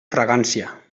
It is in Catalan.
fragància